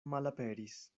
malaperis